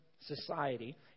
society